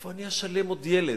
מאיפה אני אשלם עוד ילד?